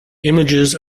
images